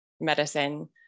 medicine